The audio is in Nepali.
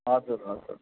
हजुर हजुर